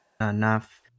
enough